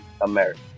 America